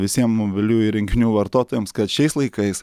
visiem mobiliųjų įrenginių vartotojams kad šiais laikais